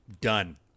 Done